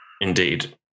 Indeed